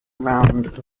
round